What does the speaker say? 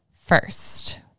first